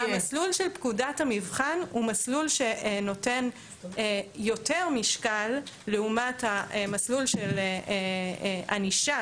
והמסלול פקודת המבחן הוא מסלול שנותן יותר משקל לעומת המסלול של ענישה,